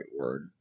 word